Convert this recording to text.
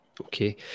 Okay